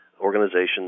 Organizations